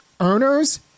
earners